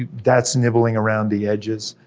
um that's nibbling around the edges,